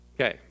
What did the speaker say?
Okay